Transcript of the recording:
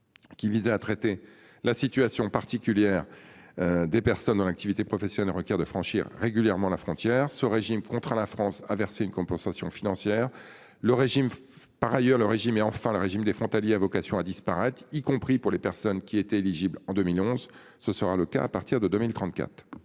Qui visait à traiter la situation particulière. Des personnes en activité professionnelle requiert de franchir régulièrement la frontière ce régime contraint la France à verser une compensation financière. Le régime. Par ailleurs le régime et enfin le régime des frontaliers a vocation à disparaître, y compris pour les personnes qui étaient éligibles en 2011, ce sera le cas à partir de 2034.